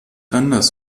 anders